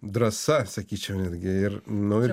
drąsa sakyčiau netgi ir nu